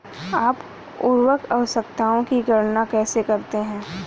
आप उर्वरक आवश्यकताओं की गणना कैसे करते हैं?